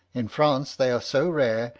in france they are so rare,